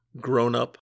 grown-up